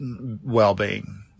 well-being